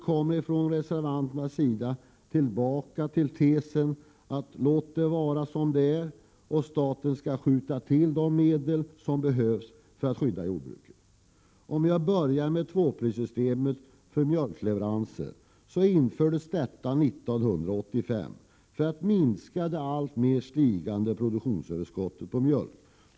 Centern kommer tillbaka till tesen ”låt det vara som det är” och anser att staten skall skjuta till de medel som behövs för att skydda jordbruket. Tvåprissystemet för mjölkleveranser infördes 1985 för att minska det alltmer stigande produktionsöverskottet på mjölk.